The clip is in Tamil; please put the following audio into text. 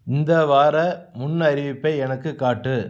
இந்த வார முன்னறிவிப்பை எனக்குக் காட்டு